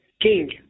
King